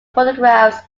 photographs